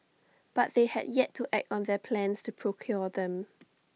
but they had yet to act on their plans to procure them